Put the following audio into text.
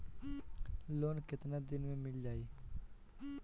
Loan कितना दिन में मिल जाई?